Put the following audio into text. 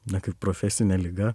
na kaip profesinė liga